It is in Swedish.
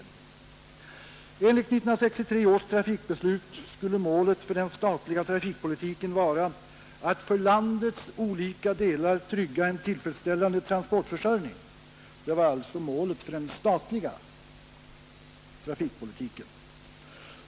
Enligt 1963 års trafikbeslut skulle målet för den statliga trafikpolitiken vara att för landets olika delar trygga en tillfredsställande transportförsörjning.